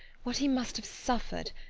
what he must have suffered,